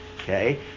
Okay